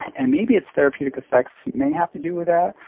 and maybe its therapeutic effects may have to do with that,